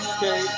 Okay